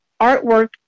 artwork